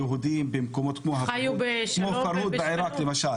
ויהודים במקומות כמו עיראק למשל,